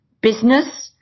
business